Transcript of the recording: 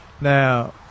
Now